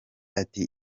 ati